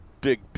big